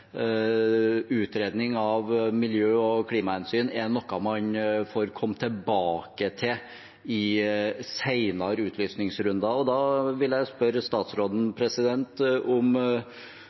utredning av miljø- og klimahensyn er noe man får komme tilbake til i senere utlysningsrunder. Da vil jeg spørre statsråden om